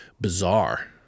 Bizarre